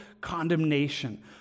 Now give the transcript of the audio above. condemnation